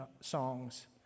songs